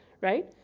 right